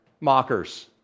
mockers